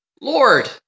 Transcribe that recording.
Lord